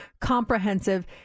comprehensive